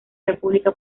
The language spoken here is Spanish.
república